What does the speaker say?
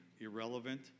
irrelevant